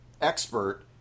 expert